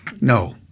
No